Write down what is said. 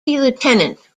lieutenant